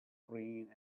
green